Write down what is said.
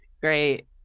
great